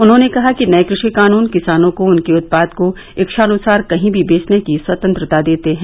उन्होंने कहा कि नए कृषि कानून किसानों को उनके उत्पाद को इच्छानुसार कहीं भी बेचने की स्वतंत्रता देते हैं